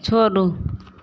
छोड़ू